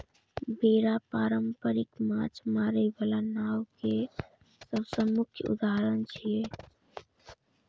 बेड़ा पारंपरिक माछ मारै बला नाव के सबसं मुख्य उदाहरण छियै